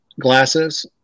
glasses